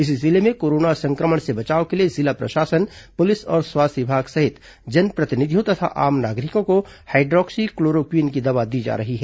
इसी जिले में कोरोना सं क्र मण से बचाव के लिए जिला प्रशासन पुलिस और स्वास्थ्य विभाग सहित जनप्रतिनिधियों तथा आम नागरिकों को हाईड्र ॉक्सी क्लोरोक्वीन की दवा दी जा रही है